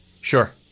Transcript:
Sure